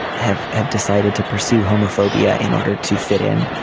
have have decided to pursue homophobia in order to fit in